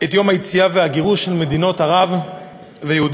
את יום היציאה והגירוש ממדינות ערב ומאיראן.